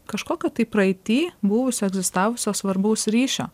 kažkokio tai praeity buvusio egzistavusio svarbaus ryšio